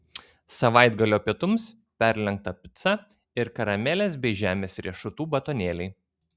savaitgalio pietums perlenkta pica ir karamelės bei žemės riešutų batonėliai